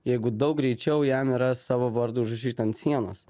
jeigu daug greičiau jam yra savo vardą užrašyt ant sienos